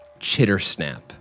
Chittersnap